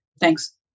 Thanks